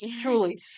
Truly